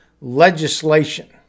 legislation